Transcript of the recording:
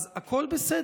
אז הכול בסדר,